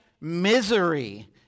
misery